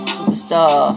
Superstar